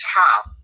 top